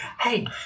Hey